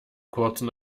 kurzen